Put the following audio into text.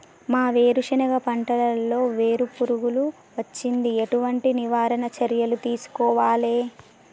మా వేరుశెనగ పంటలలో వేరు పురుగు వచ్చింది? ఎటువంటి నివారణ చర్యలు తీసుకోవాలే?